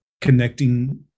connecting